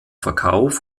verkauf